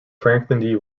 franklin